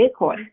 Bitcoin